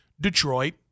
Detroit